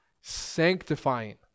sanctifying